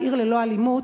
"עיר ללא אלימות",